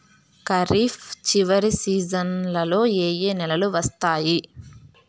ఖరీఫ్ చివరి సీజన్లలో ఏ ఏ నెలలు వస్తాయి